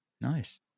Nice